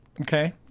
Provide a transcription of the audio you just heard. Okay